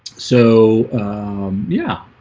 so yeah,